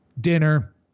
dinner